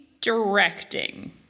directing